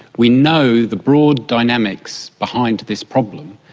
we know the broad dynamics behind this problem,